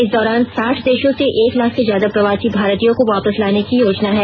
इस दौरान साठ देशों से एक लाख से ज्यादा प्रवासी भारतीयों को वापस लाने की योजना है